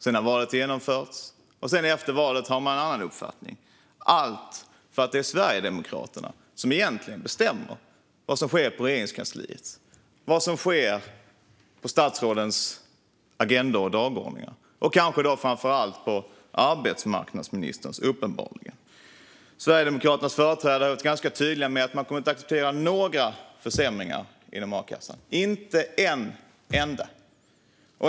Sedan har valet genomförts, och efter valet har de en annan uppfattning - allt för att det är Sverigedemokraterna som egentligen bestämmer vad som sker på Regeringskansliet och vad som står på statsrådens agendor och dagordningar, kanske framför allt på arbetsmarknadsministerns. Sverigedemokraternas företrädare har varit ganska tydliga med att man inte kommer att acceptera några försämringar inom a-kassan. Inte en enda.